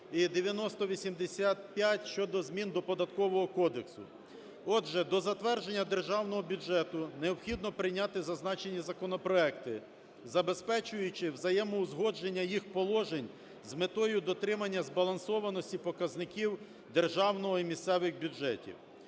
і 9085 - щодо змін до Податкового кодексу. Отже, до затвердження Державного бюджету необхідно прийняти зазначені законопроекти, забезпечуючи взаємоузгодження їх положень з метою дотримання збалансованості показників державного і місцевих бюджетів.